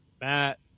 matt